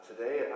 Today